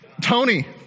Tony